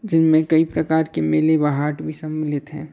जिनमें कई प्रकार के मिली वहाट भी सम्मिलित हैं